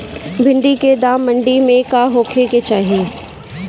भिन्डी के दाम मंडी मे का होखे के चाही?